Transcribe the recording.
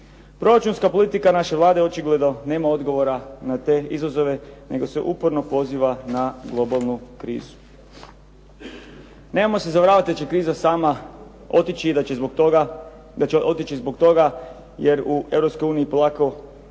Proračunska politika naše Vlade očigledno nema odgovora na te izazove nego se uporno poziva na globalnu krizu. Nemojmo se zavaravati da će kriza sama otići i da će otići zbog toga jer u Europskoj